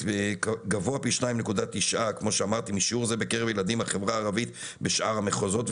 גבוה פי 2.9 משיעור זה בקרב ילדים בחברה הערבית בשאר המחוזות.